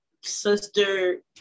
Sister